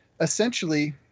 essentially